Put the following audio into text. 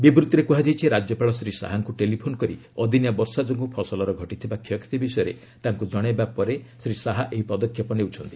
ବିବୃତ୍ତିରେ କୁହାଯାଇଛି ରାଜ୍ୟପାଳ ଶ୍ରୀ ଶାହାଙ୍କୁ ଟେଲିଫୋନ୍ କରି ଅଦିନିଆ ବର୍ଷା ଯୋଗୁଁ ଫସଲରେ ଘଟିଥିବା କ୍ଷୟକ୍ଷତି ବିଷୟରେ ତାଙ୍କୁ ଜଶାଇବା ପରେ ଶ୍ରୀ ଶାହା ଏହି ପଦକ୍ଷେପ ନେଉଛନ୍ତି